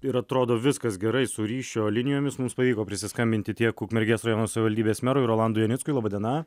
ir atrodo viskas gerai su ryšio linijomis mums pavyko prisiskambinti tiek ukmergės rajono savivaldybės merui rolandui janickui laba diena